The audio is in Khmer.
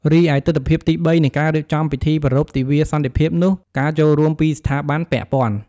រីឯទិដ្ឋភាពទីបីនៃការរៀបចំពិធីប្រារព្ធទិវាសន្តិភាពនោះ ការចូលរួមពីស្ថាប័នពាក់ព័ន្ធ។